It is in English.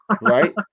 Right